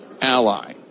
ally